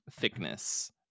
thickness